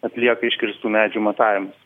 atlieka iškirstų medžių matavimus